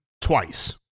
twice